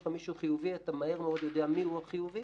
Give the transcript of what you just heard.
לך מישהו חיובי אתה מהר מאוד יודע מי הוא החיובי,